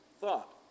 thought